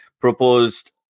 proposed